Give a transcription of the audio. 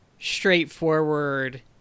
straightforward